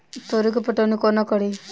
तोरी केँ पटौनी कोना कड़ी?